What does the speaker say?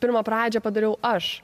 pirmą pradžią padariau aš